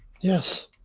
Yes